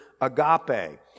agape